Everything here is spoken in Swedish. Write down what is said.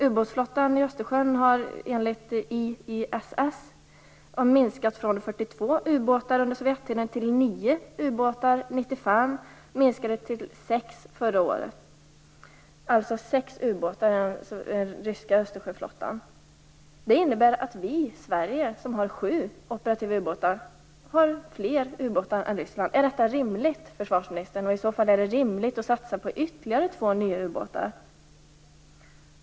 Ubåtsflottan i Östersjön har, enligt IISS, minskat från 42 ubåtar under Sovjettiden till 9 ubåtar 1995. Och de minskade till 6 förra året. I den ryska Östersjöflottan finns det alltså 6 ubåtar. Det innebär att Sverige, som har 7 operativa ubåtar, har fler ubåtar än Ryssland. Är det rimligt, försvarsministern? I så fall undrar jag om det är rimligt att satsa på ytterligare 2 nya ubåtar.